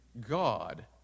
God